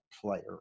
player